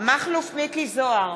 מכלוף מיקי זוהר,